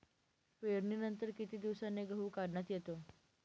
पेरणीनंतर किती दिवसांनी गहू काढण्यात येतो?